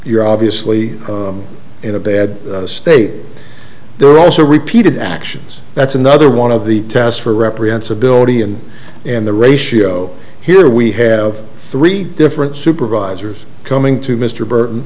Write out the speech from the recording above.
you're obviously in a bad state they're also repeated actions that's another one of the tasks for represents ability and in the ratio here we have three different supervisors coming to mr burton